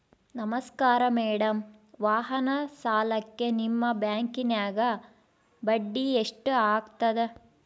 ನಮಸ್ಕಾರ ಮೇಡಂ ವಾಹನ ಸಾಲಕ್ಕೆ ನಿಮ್ಮ ಬ್ಯಾಂಕಿನ್ಯಾಗ ಬಡ್ಡಿ ಎಷ್ಟು ಆಗ್ತದ?